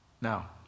Now